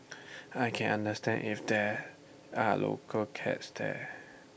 I can understand if there are local cats there